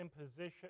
imposition